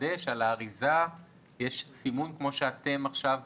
לוודא שעל האריזה יש סימון כפי שאתם קובעים עכשיו